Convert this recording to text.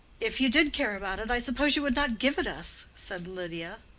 if you did care about it, i suppose you would not give it us, said lydia.